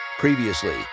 Previously